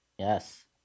Yes